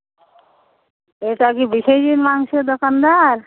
এটা কি বিশ্বজিৎ মাংসের দোকানদার